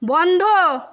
বন্ধ